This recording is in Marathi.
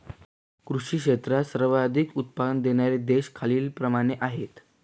कृषी क्षेत्रात सर्वाधिक उत्पादन घेणारे देश खालीलप्रमाणे आहेत